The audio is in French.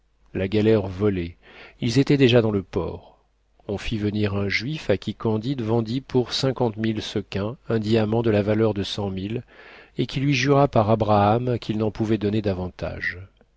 la galère volait ils étaient déjà dans le port on fit venir un juif à qui candide vendit pour cinquante mille sequins un diamant de la valeur de cent mille et qui lui jura par abraham qu'il n'en pouvait donner davantage